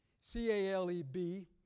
C-A-L-E-B